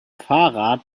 fahrrad